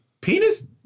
penis